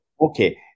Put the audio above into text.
Okay